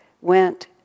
went